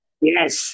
yes